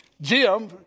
Jim